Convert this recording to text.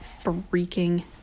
freaking